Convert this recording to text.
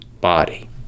body